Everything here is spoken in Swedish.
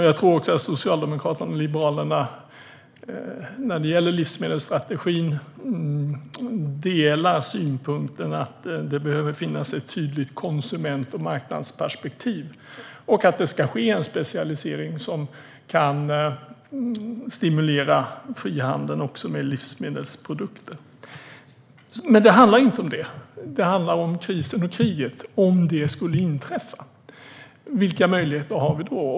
Jag tror också att Socialdemokraterna och Liberalerna när det gäller livsmedelsstrategin delar synen att det behöver finnas ett tydligt konsument och marknadsperspektiv och att det ska ske en specialisering som kan stimulera frihandeln också med livsmedel. Men det handlar inte om detta. Det handlar om krisen och kriget och om vad vi gör om det skulle inträffa: Vilka möjligheter har vi då?